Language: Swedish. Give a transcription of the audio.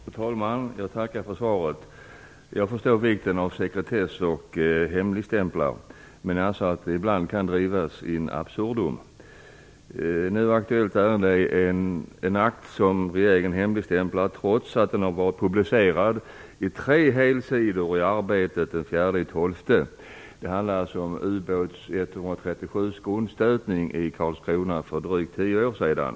Fru talman! Jag tackar för svaret. Jag förstår vikten av sekretess och hemligstämplar, men jag anser att det ibland kan drivas in absurdum. Det nu aktuella ärendet gäller en akt som regeringen hemligstämplat trots att den har varit publicerad med tre helsidor i Arbetet den 4 december. Det handlar om grundstötningen av ubåt 137 i Karlskrona för drygt tio år sedan.